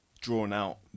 drawn-out